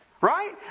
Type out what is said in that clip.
Right